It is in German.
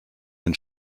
den